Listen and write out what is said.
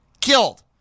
killed